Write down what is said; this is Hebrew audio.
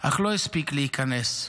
אך לא הספיק להיכנס.